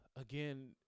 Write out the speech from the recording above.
again